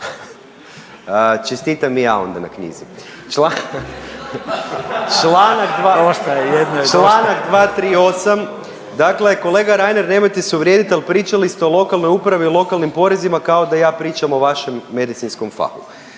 Čestitam i ja onda na knjizi. Čl. 238. dakle kolega Reiner nemojte se uvrijedit ali pričali ste o lokalnoj upravi, o lokalnim porezima kao da ja pričam o vašem medicinskom fahu.